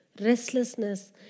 restlessness